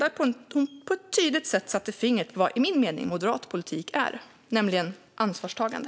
Hon satte på ett tydligt sätt fingret på vad moderat politik är i min mening - ansvarstagande.